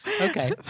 Okay